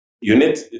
unit